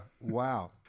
Wow